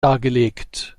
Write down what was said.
dargelegt